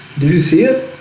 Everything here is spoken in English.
do you see it?